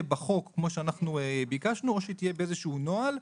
בחוק כמו שאנחנו ביקשנו או שהיא תהיה באיזשהו נוהל.